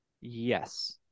Yes